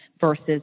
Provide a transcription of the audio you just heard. versus